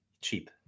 cheap